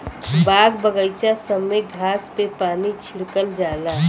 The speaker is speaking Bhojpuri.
बाग बगइचा सब में घास पे पानी छिड़कल जाला